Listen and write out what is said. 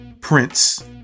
Prince